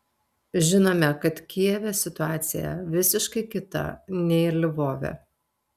žinome kad kijeve situacija visiškai kita nei lvove